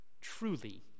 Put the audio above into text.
truly